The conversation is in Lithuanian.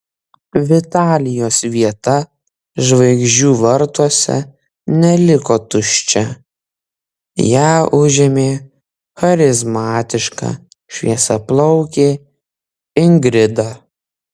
vitalijos vieta žvaigždžių vartuose neliko tuščia ją užėmė charizmatiška šviesiaplaukė ingrida